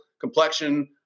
complexion